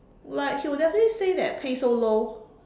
like she will definitely say that pay so low